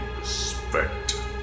respect